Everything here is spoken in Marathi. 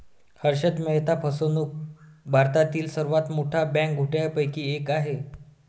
हर्षद मेहता फसवणूक भारतातील सर्वात मोठ्या बँक घोटाळ्यांपैकी एक आहे